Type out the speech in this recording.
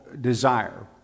desire